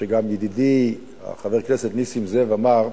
וגם ידידי חבר הכנסת נסים זאב אמר זאת,